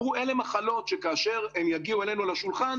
ואמרו שאלה מחלות שכאשר הן יגיעו אלינו אל השולחן,